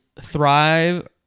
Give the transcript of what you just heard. thrive